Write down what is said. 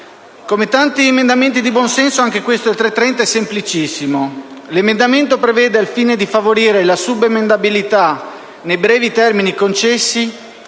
Come tanti emendamenti di buonsenso, anche il 3.30 è semplicissimo. Esso prevede, al fine di favorire la subemendabilità nei brevi termini concessi,